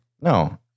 No